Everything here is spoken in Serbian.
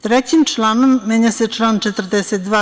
Trećim članom menja se član 42.